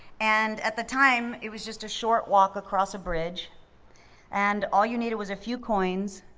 and at the time, it was just a short walk across a bridge and all you needed was a few coins,